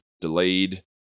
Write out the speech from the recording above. delayed